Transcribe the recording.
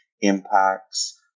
impacts